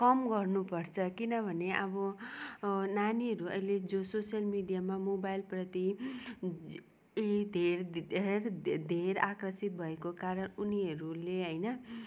कम गर्नु पर्छ किनभने अब नानीहरू अहिले जो सोसियल मिडियामा मोबाइलप्रति धेर धेर धेर आकर्षित भएको कारण उनीहरूले होइन